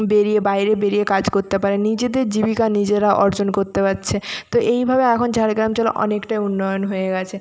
বেরিয়ে বাইরে বেরিয়ে কাজ করতে পারে নিজেদের জীবিকা নিজেরা অর্জন করতে পারছে তো এইভাবে এখন ঝাড়গ্রাম জেলা অনেকটাই উন্নয়ন হয়ে গেছে